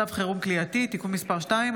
(מצב חירום כליאתי) (תיקון מס' 2),